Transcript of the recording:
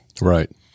Right